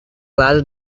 lado